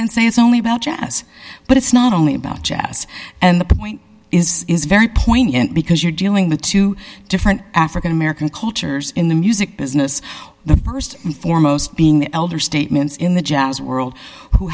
then say it's only about jazz but it's not only about jazz and the point is is very poignant because you're dealing with two different african american cultures in the music business the st and foremost being the elder statements in the jazz world who